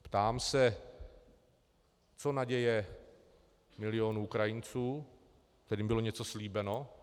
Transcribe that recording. Ptám se, co naděje milionů Ukrajinců, kterým bylo něco slíbeno?